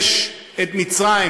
יש את מצרים,